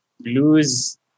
blues